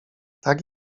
tak